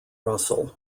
russell